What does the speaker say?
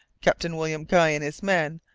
captain william guy and his men,